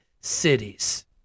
cities